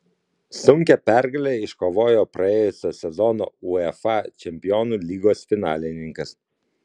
sunkią pergalę iškovojo praėjusio sezono uefa čempionų lygos finalininkas